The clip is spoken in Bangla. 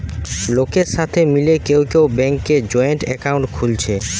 লোকের সাথে মিলে কেউ কেউ ব্যাংকে জয়েন্ট একাউন্ট খুলছে